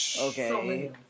Okay